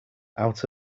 out